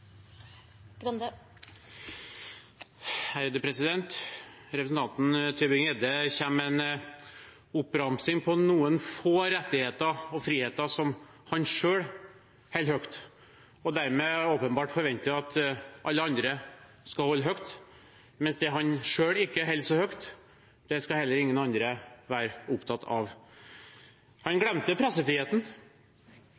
Representanten Tybring-Gjedde kommer med en oppramsing av noen få rettigheter og friheter som han selv holder høyt, og dermed åpenbart forventer at alle andre skal holde høyt, mens det han selv ikke holder så høyt, det skal heller ingen andre være opptatt av. Han